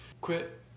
quit